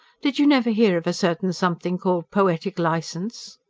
did you never hear of a certain something called poetic licence?